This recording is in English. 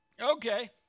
Okay